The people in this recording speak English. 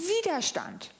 Widerstand